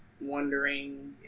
wondering